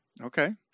Okay